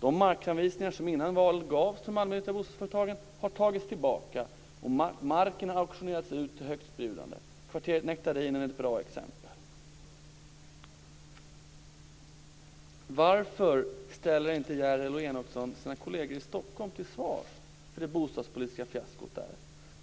De markanvisningar som innan valet gavs till de allmännyttiga bostadsföretagen har tagits tillbaka och marken har auktionerats ut till högstbjudande. Kvarteret Nektarinen är ett bra exempel. Varför ställer inte Järrel och Enochson sina kolleger i Stockholm till svars för det bostadspolitiska fiaskot där?